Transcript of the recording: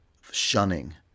shunning